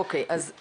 אוקי, אז,